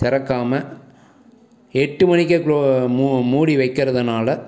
திறக்காம எட்டு மணிக்கே கிளோ மு மூடி வைக்கறதுனால்